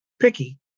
picky